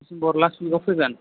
December last उइकआव फैगोन